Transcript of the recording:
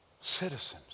citizens